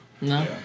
No